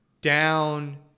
down